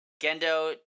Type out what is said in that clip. Gendo